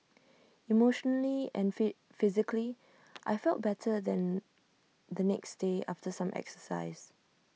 emotionally and fee physically I felt better than the next day after some exercise